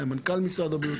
היה מנכ"ל משרד הבריאות,